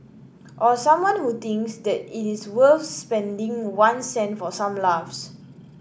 or someone who thinks that it is worth spending one cent for some laughs